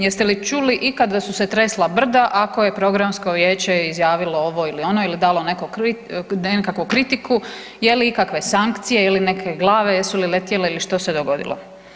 Jeste li čuli ikad da su se tresla brda ako je programsko vijeće izjavilo ovo ili ono ili dalo nekakvu kritiku, je li ikakve sankcije ili neke glave jesu li letjele ili što se dogodilo?